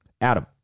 Adam